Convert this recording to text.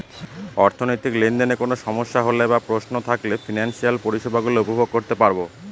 অর্থনৈতিক লেনদেনে কোন সমস্যা হলে বা প্রশ্ন থাকলে ফিনান্সিয়াল পরিষেবা গুলো উপভোগ করতে পারবো